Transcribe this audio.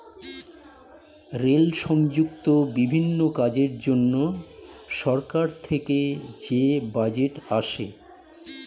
rail সংযুক্ত বিভিন্ন কাজের জন্য সরকার থেকে যে বাজেট আসে